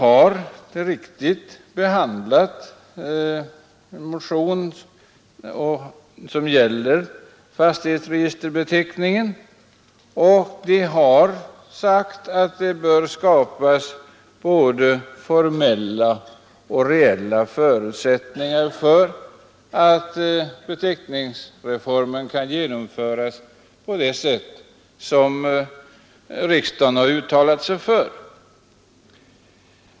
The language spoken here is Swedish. Den motionen behandlades av civilutskottet, som uttalade att det bör skapas både formella och reella förutsättningar för att beteckningsreformen kan genomföras på det sätt som riksdagen har uttalat sig för.